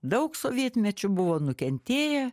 daug sovietmečiu buvo nukentėję